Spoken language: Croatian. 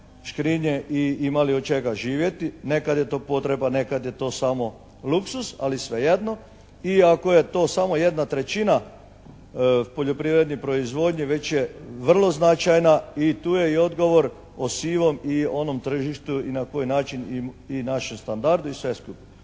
škrinje i imali od čega živjeti. Nekad je to potreba nekad je to samo luksuz, ali svejedno. I ako je to samo 1/3 poljoprivredne proizvodnje već je vrlo značajna i tu je odgovor o sivom i onom tržištu i na koji način i naši standardi i sve skupa.